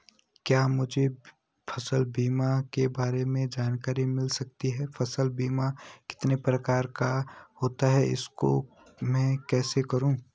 क्या मुझे फसल बीमा के बारे में जानकारी मिल सकती है फसल बीमा कितने प्रकार का होता है इसको मैं कैसे करूँ?